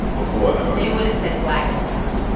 before, ever? they would have said black voltron.